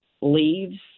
leaves